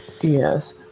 Yes